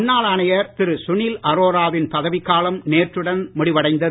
முன்னாள் ஆணையர் திரு சுனில் அரோராவின் பதவிக் காலம் நேற்றுடன் முடிவு அடைந்தது